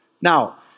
Now